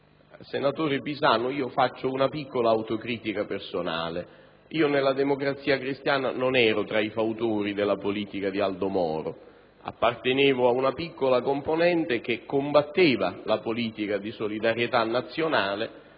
Senatore Pisanu, faccio una piccola autocritica personale: io, nella Democrazia cristiana, non ero tra i fautori della politica di Aldo Moro. Appartenevo ad una piccola componente che combatteva la politica di solidarietà nazionale